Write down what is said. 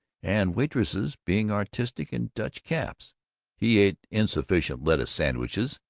and waitresses being artistic in dutch caps he ate insufficient lettuce sandwiches,